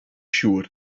siŵr